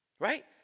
Right